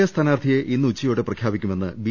A സ്ഥാനാർത്ഥിയെ ഇന്ന് ഉച്ചുയോടെ പ്രഖ്യാപിക്കുമെന്ന് ബി